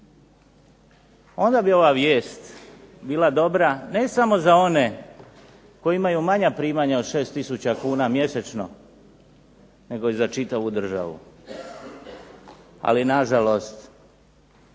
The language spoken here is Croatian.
onda bi ova vijest bila dobra ne samo za one koji imaju manja primanja od 6 tisuća kuna mjesečno, nego i za čitavu državu. Ali nažalost,